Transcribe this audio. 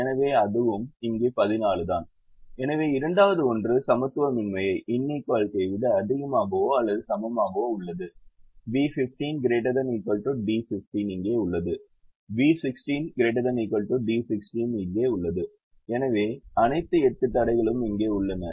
எனவே அதுவும் இங்கே 14 தான் எனவே இரண்டாவது ஒன்று சமத்துவமின்மையை விட அதிகமாகவோ அல்லது சமமாகவோ உள்ளது B15 ≥ D15 இங்கே உள்ளது B16 ≥ D16 இது இங்கே உள்ளது எனவே அனைத்து 8 தடைகளும் இங்கே உள்ளன